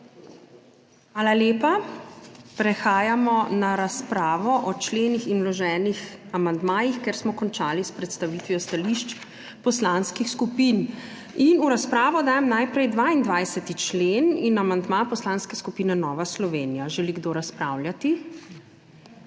Hvala lepa. Prehajamo na razpravo o členih in vloženih amandmajih, ker smo končali s predstavitvijo stališč poslanskih skupin. V razpravo dajem najprej 22. člen in amandma Poslanske skupine Nova Slovenija. Želi kdo razpravljati?